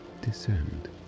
descend